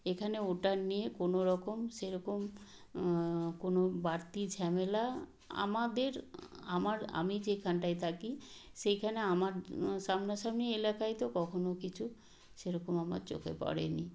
এখানে ওটা নিয়ে কোনো রকম সেরকম কোনো বাড়তি ঝামেলা আমাদের আমার আমি যেখানটায় থাকি সেখানে আমার সামনাসামনি এলাকায় তো কখনো কিছু সেরকম আমার চোখে পড়েনি